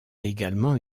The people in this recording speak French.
également